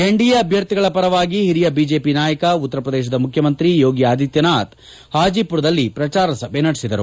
NDA ಅಭ್ಯರ್ಥಿಗಳ ಪರವಾಗಿ ಹಿರಿಯ ಬಿಜೆಪಿ ನಾಯಕ ಉತ್ತರ ಪ್ರದೇಶದ ಮುಖ್ಯಮಂತ್ರಿ ಯೋಗಿ ಆದಿತ್ಯನಾಥ್ ಹಾಜಿಪುರದಲ್ಲಿ ಪ್ರಚಾರ ಸಭೆ ನಡೆಸಿದರು